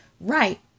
Right